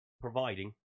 providing